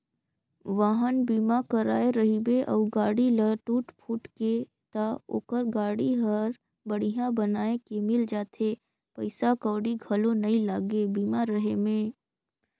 वाहन बीमा कराए रहिबे अउ गाड़ी ल टूट फूट गे त ओखर गाड़ी हर बड़िहा बनाये के मिल जाथे पइसा कउड़ी घलो नइ लागे बीमा रहें में